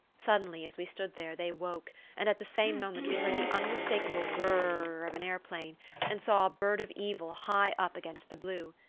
suddenly, as we stood there, they woke, and at the same moment we heard the unmistakable gr-r-r of an aeroplane and saw a bird of evil high up against the blue.